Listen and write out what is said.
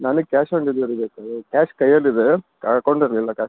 ನನಗೆ cash on delivery ಬೇಕು ರೀ ಕ್ಯಾಶ್ ಕೈಯಲ್ಲಿದೆ ಅಕೌಂಟಲ್ಲಿಲ್ಲ ಕ್ಯಾಶು